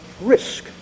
risk